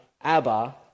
Abba